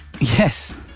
yes